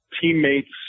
teammates